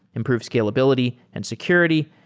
improve scalability and security,